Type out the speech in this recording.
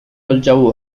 الجو